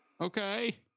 okay